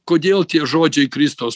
kodėl tie žodžiai kristaus